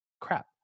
crap